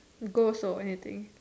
go also anything